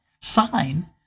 sign